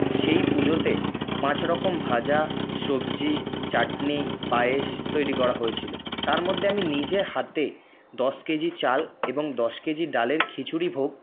সেই পুজোতে পাঁচ রকম ভাজা সবজি চাটনি পায়েস তৈরি করা হয়েছিল তারমধ্যে আমি নিজে হাতে দশ কেজি চাল এবং দশ কেজি ডালের খিচুড়ি ভোগ